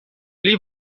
pli